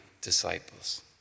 disciples